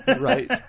Right